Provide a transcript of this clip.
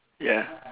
ya